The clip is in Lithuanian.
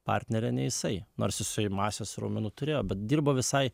partnerę nei jisai nors jisai masės raumenų turėjo bet dirbo visai